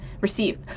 receive